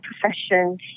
profession